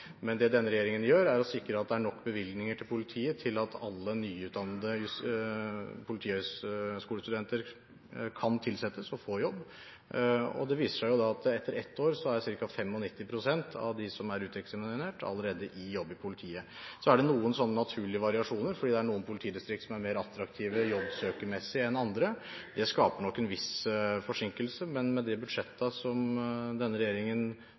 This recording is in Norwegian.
Men det denne regjeringen gjør, er å sikre at det er nok bevilgninger til politiet til at alle nyutdannede politihøyskolestudenter kan tilsettes og få jobb. Det viser seg jo at etter ett år er ca. 95 pst. av dem som er uteksaminert, allerede i jobb i politiet. Så er det noen naturlige variasjoner fordi det er noen politidistrikt som er mer attraktive jobbsøkermessig enn andre. Det skaper nok en viss forsinkelse, men med det budsjettet som denne regjeringen